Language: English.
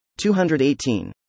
218